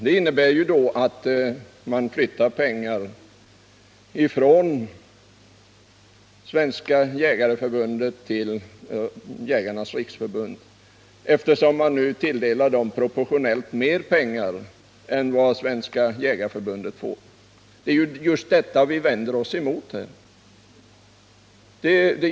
Det innebär att man flyttar pengar från Svenska jägareförbundet till Jägarnas riksförbund, i och med att man tilldelar det senare förbundet proportionellt mer pengar än Svenska jägareförbundet. Det är just detta vi vänder oss emot.